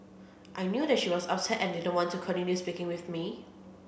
I knew that she was upset and didn't want to continue speaking with me